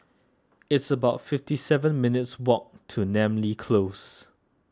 it's about fifty seven minutes' walk to Namly Close